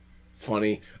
funny